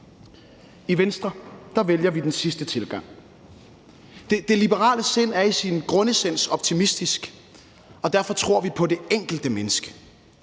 I Venstre vælger vi den sidste tilgang. Det liberale sind er i sin grundessens optimistisk, og derfor tror vi på det enkelte menneske.